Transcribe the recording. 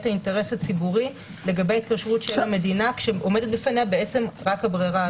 האינטרס הציבורי לגבי התקשרות של המדינה כשעומדת בפניה בעצם רק הברירה.